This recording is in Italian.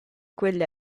quelle